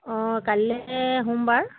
অঁ কাইলে সোমবাৰ